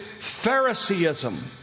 Phariseeism